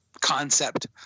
concept